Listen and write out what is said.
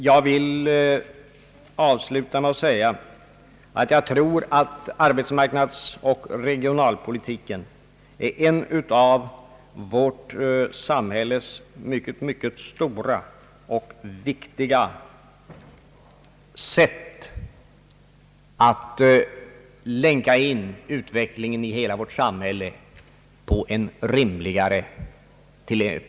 Jag vill avsluta med att säga att jag tror att lösningen av arbetsmarknadsoch regionalpolitiken är en mycket stor och viktig möjlighet för oss alla att länka in utvecklingen i hela vårt samhälle på en rimligare väg.